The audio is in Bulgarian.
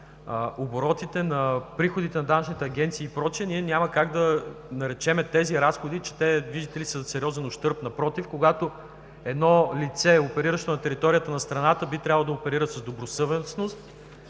оборотите на приходните на данъчните агенции и прочее, ние няма как да наречем тези разходи, че те, виждате ли, са в сериозен ущърб. Напротив, когато едно лице, опериращо на територията на страната, би трябвало да оперира с добросъвестност.